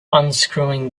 unscrewing